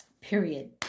period